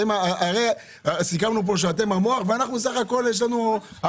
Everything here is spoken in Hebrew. הרי סיכמנו פה שאתם המוח, ואנחנו סך הכול המחק.